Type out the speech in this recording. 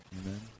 Amen